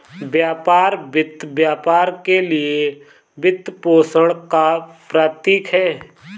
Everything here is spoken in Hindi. व्यापार वित्त व्यापार के लिए वित्तपोषण का प्रतीक है